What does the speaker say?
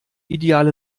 ideale